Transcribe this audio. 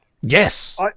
Yes